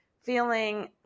feeling